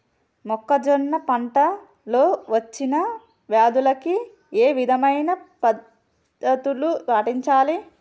మొక్కజొన్న పంట లో వచ్చిన వ్యాధులకి ఏ విధమైన పద్ధతులు పాటించాలి?